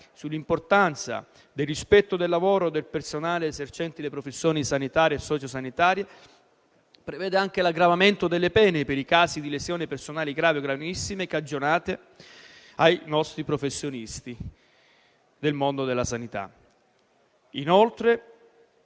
sull'importanza del rispetto del lavoro del personale esercente le professioni sanitarie e socio-sanitarie, nonché l'aggravamento delle pene per i casi di lesioni personali gravi o gravissime cagionate ai nostri professionisti del mondo della sanità.